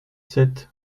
sept